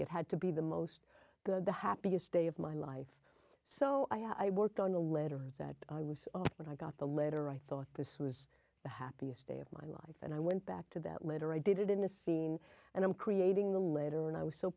it had to be the most the happiest day of my life so i worked on the letter that i was when i got the letter i thought this was the happiest day of my life and i went back to that later i did it in a scene and i'm creating the later and i was so